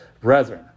Brethren